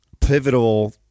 pivotal